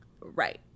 Right